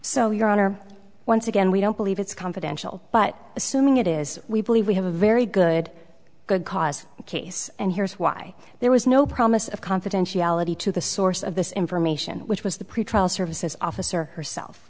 so your honor once again we don't believe it's confidential but assuming it is we believe we have a very good good cause case and here's why there was no promise of confidentiality to the source of this information which was the pretrial services officer herself